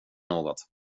något